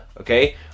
okay